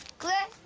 clears